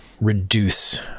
reduce